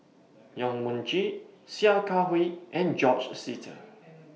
Yong Mun Chee Sia Kah Hui and George Sita